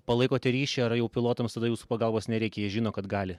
palaikote ryšį ar jau pilotams tada jūsų pagalbos nereikia jie žino kad gali